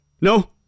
No